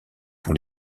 pour